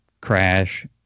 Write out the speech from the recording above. crash